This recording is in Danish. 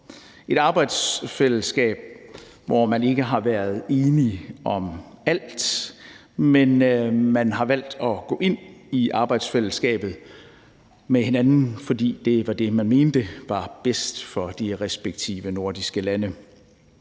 et arbejdsfællesskab, hvor man ikke har været enige om alt, men man har valgt at gå ind i arbejdsfællesskabet med hinanden, fordi det var det, man mente var bedst for de respektive nordiske lande.